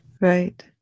Right